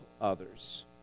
others